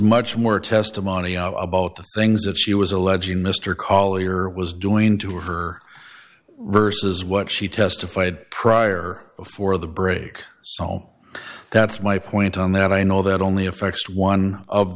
much more testimony about the things that she was alleging mr collyer was doing to her reverses what she testified prior before the break so all that's my point on that i know that only affects one of